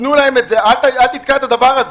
תנו להם את זה, אל תתקע את הדבר הזה.